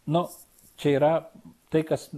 nu čia yra tai kas